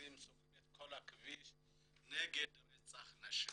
שיוצאים וסוגרים את הכבישים נגד רצח נשים.